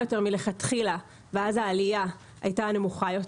יותר מלכתחילה ואז העלייה הייתה נמוכה יותר.